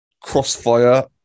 Crossfire